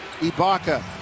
ibaka